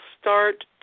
start